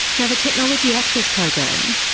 now the technology access program,